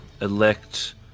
elect